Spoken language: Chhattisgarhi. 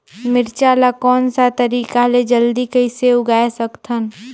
मिरचा ला कोन सा तरीका ले जल्दी कइसे उगाय सकथन?